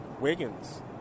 wiggins